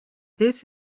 this